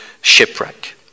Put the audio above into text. shipwreck